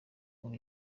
ubu